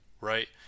right